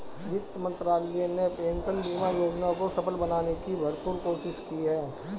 वित्त मंत्रालय ने पेंशन बीमा योजना को सफल बनाने की भरपूर कोशिश की है